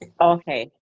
Okay